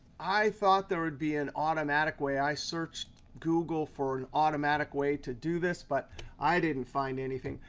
i thought there would be an automatic way. i searched google for an automatic way to do this, but i didn't find anything.